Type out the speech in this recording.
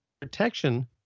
protection